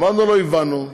אמרנו לו: הבנו.